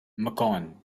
macon